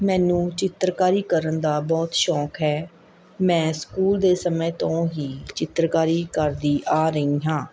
ਮੈਨੂੰ ਚਿੱਤਰਕਾਰੀ ਕਰਨ ਦਾ ਬਹੁਤ ਸ਼ੌਂਕ ਹੈ ਮੈਂ ਸਕੂਲ ਦੇ ਸਮੇਂ ਤੋਂ ਹੀ ਚਿੱਤਰਕਾਰੀ ਕਰਦੀ ਆ ਰਹੀ ਹਾਂ